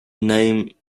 name